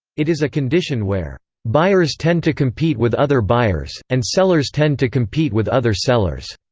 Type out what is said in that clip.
it is a condition where buyers tend to compete with other buyers, and sellers tend to compete with other sellers.